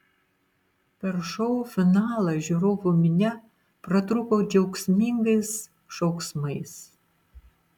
per šou finalą žiūrovų minia pratrūko džiaugsmingais šauksmais